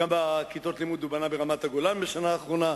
כמה כיתות לימוד הוא בנה ברמת-הגולן בשנה האחרונה,